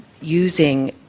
using